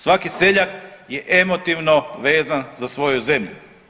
Svaki seljak je emotivno vezan za svoju zemlju.